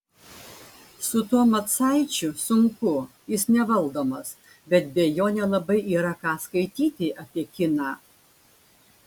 su tuo macaičiu sunku jis nevaldomas bet be jo nelabai yra ką skaityti apie kiną